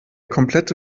komplette